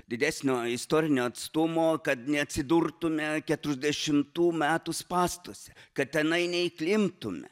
didesnio istorinio atstumo kad neatsidurtume keturiasdešimtų metų spąstuose kad tenai neįklimptume